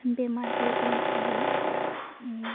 बेमारफोर उजियो ओम